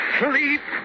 sleep